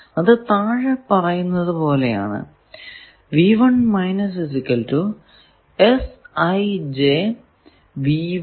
അത് താഴെ പറയുന്നത് പോലെ ആണ്